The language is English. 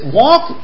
walk